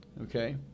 Okay